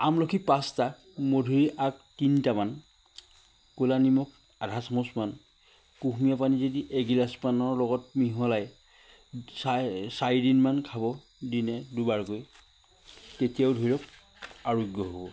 আমলখি পাঁচটা মধুৰী আগ তিনিটামান ক'লা নিমখ আধা চামুচমান কুহুমীয়া পানী যদি এগিলাচমানৰ লগত মিহলাই চাই চাৰিদিনমান খাব দিনে দুবাৰকৈ তেতিয়াও ধৰি লওক আৰোগ্য হ'ব